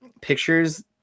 pictures